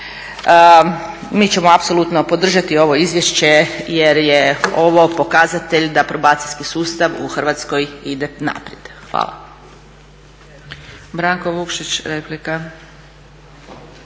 Mi ćemo apsolutno podržati ovo izvješće jer je ovo pokazatelj da probacijski sustav u Hrvatskoj ide naprijed. Hvala.